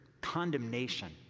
condemnation